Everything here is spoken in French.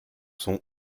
sont